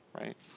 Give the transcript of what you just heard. right